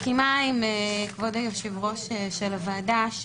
אני מסכימה עם כבוד היושב-ראש של הוועדה,